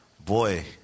boy